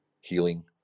healing